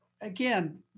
again